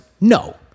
no